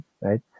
right